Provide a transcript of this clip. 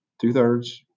two-thirds